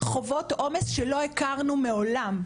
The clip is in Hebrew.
חוות עומס שלא היכרנו מעולם.